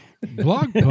Blog